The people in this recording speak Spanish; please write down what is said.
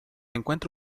encuentra